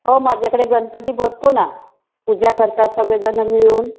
हो माझ्याकडे गणपती बसतो ना पूजा करतात सगळेजणं मिळून